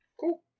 cool